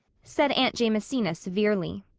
said aunt jamesina severely,